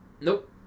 Nope